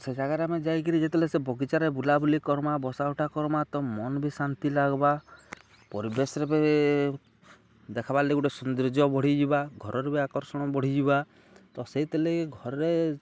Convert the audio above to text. ସେ ଜାଗାରେ ଆମେ ଯାଇକିରି ଯେତେବେଲେ ସେ ବଗିଚାରେ ବୁଲାବୁଲି କର୍ମା ବସା ଉଠା କର୍ମା ତ ମନ୍ ବି ଶାନ୍ତି ଲାଗ୍ବା ପରିବେଶ୍ରେ ବି ଦେଖବାର୍ ଲାଗି ଗୁଟେ ସୌନ୍ଦର୍ଯ୍ୟ ବଢ଼ିଯିବା ଘରେ ବି ଆକର୍ଷଣ ବଢ଼ିଯିବା ତ ସେଇଥିର୍ ଲାଗି ଘରେ